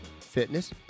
Fitness